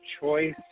choice